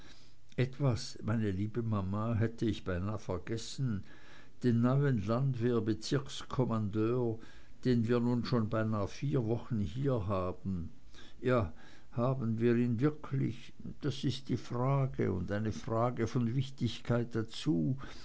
etwas meine liebe mama hätte ich beinah vergessen den neuen landwehrbezirkskommandeur den wir nun schon beinah vier wochen hier haben ja haben wir ihn wirklich das ist die frage und eine frage von wichtigkeit dazu